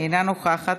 אינה נוכחת,